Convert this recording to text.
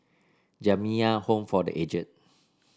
Jamiyah Home for The Aged